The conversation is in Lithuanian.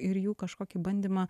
ir jų kažkokį bandymą